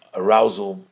arousal